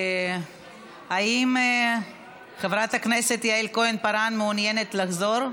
האם חברת הכנסת יעל כהן-פארן מעוניינת לחזור?